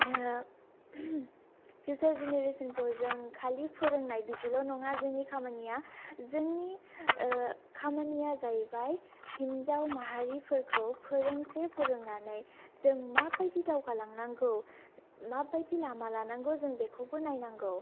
future जेनेरेसनखौ जों खालि फोरोंनाय बिदिल' नङा जोंनि खामानिया जोंनि खामानिया जायैबाय हिनजाव माहारिफोरखौ फोरोंसे फोरोंनानै जों माबायदि दावगालांनांगौ माबादि लामा लानांगौ जों बेखौबो नायनांगौ